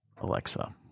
Alexa